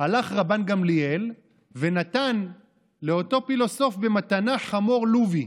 הלך רבן גמליאל ונתן לאותו פילוסוף במתנה חמור לובי,